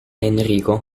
enrico